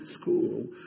school